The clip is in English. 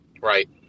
Right